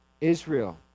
Israel